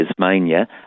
Tasmania